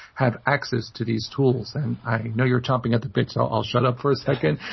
have access to these tools. and i know you're chomping at the bit. so i'll i'll shut up for a second,